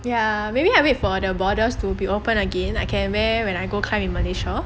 ya maybe I wait for the borders to be open again I can wear when I go climb in malaysia